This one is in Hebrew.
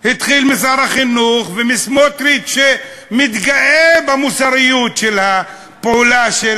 התחיל משר החינוך ומסמוטריץ שמתגאה במוסריות של הפעולה של